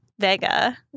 Vega